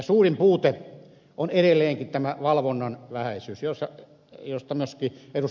suurin puute on edelleenkin tämä valvonnan vähäisyys josta myöskin ed